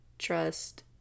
trust